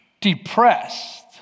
depressed